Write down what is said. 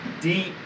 deep